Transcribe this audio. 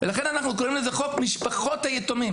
לכן אנחנו קוראים לזה חוק משפחות היתומים.